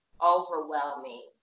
overwhelming